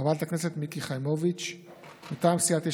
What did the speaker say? חברת הכנסת מיקי חיימוביץ'; מטעם סיעת יש